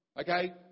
Okay